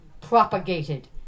propagated